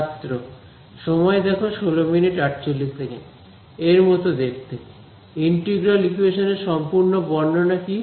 এর মত দেখতে ইন্টিগ্রাল ইকোয়েশন এর সম্পূর্ণ বর্ণনা কি